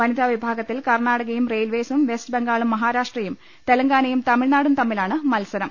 വനിതാ വിഭാഗ ത്തിൽ കർണാടകയും റെയിൽവേസും വെസ്റ്റ് ബംഗാളും മഹാരാഷ്ട്രയും തെലങ്കാനയും തമിഴ്നാടും തമ്മി ലാണ് മത്സരം